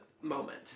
moment